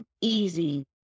easy